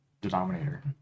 denominator